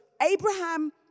Abraham